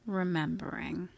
remembering